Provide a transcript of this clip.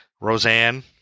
Roseanne